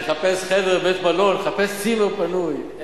נחפש חדר בבית-מלון, נחפש "צימר" פנוי.